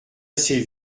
assez